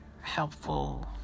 helpful